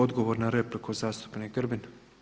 Odgovor na repliku zastupnik Grbin.